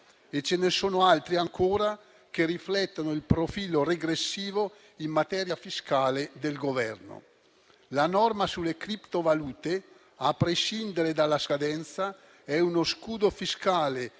e ce ne sono altri ancora che riflettono il profilo regressivo in materia fiscale del Governo. La norma sulle criptovalute, a prescindere dalla scadenza, è uno scudo fiscale